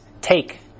take